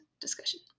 discussion